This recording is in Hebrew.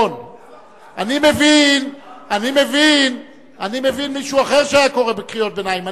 אני מבין מישהו אחר שהיה קורא קריאות ביניים,